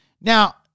Now